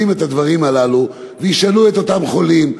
את הדברים הללו וישאלו את אותם חולים,